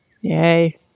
Yay